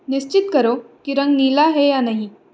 निश्चित करो कि रंग नीला है या नहीं